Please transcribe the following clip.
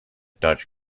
dutch